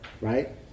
right